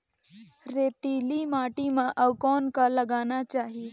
रेतीली माटी म अउ कौन का लगाना चाही?